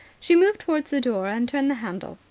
she moved towards the door and turned the handle.